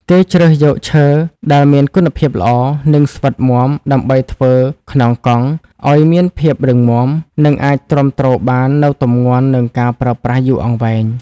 គេជ្រើសយកឈើដែលមានគុណភាពល្អ និងស្វិតមាំ ដើម្បីធ្វើខ្នងកង់ ឲ្យមានភាពរឹងមាំ និងអាចទ្រាំទ្របាននូវទម្ងន់និងការប្រើប្រាស់យូរអង្វែង។